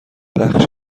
بخش